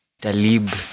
Talib